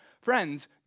Friends